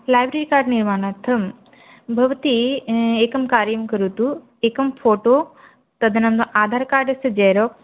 library card निर्माणार्थं भवती एकं कार्यं करोतु एकं फ़ोटो तदनन्तरं आधारकार्डस्य झेरोक्स्